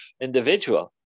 individual